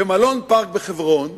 במלון "פארק" בחברון,